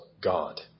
God